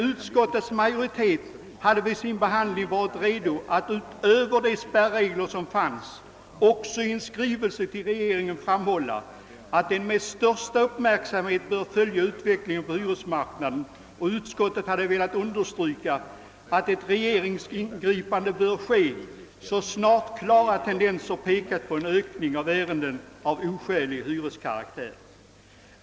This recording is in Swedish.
Utskottets majoritet hade dock vid sin behandling varit redo att utöver de spärregler som finns också i en skrivelse till regeringen framhålla, att denna med största uppmärksamhet bör följa utvecklingen på hyresmarknaden. Utskottet hade velat understryka att ett regeringsingripande bör göras så snart klara tendenser pekar på en ökning av antalet ärenden om oskäliga hyror.